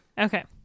Okay